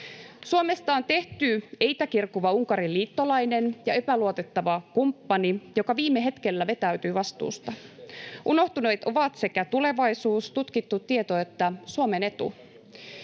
Suomesta on tehty eitä kirkuva Unkarin liittolainen ja epäluotettava kumppani, joka viime hetkellä vetäytyy vastuusta. Unohtuneet ovat sekä tulevaisuus, tutkittu tieto että Suomen etu.